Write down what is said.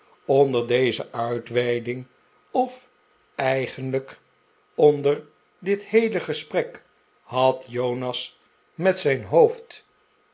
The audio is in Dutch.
onder deze uitweiding of eigenlijk onjonas zet het lokaas uit der dit heele gesprek had jonas met zijn hoofd